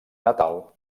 natal